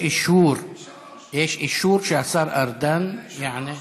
יש אישור שהשר ארדן יענה.